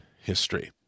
history